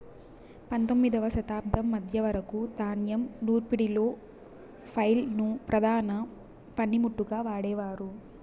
పందొమ్మిదవ శతాబ్దం మధ్య వరకు ధాన్యం నూర్పిడిలో ఫ్లైల్ ను ప్రధాన పనిముట్టుగా వాడేవారు